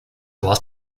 warst